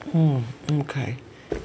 mm okay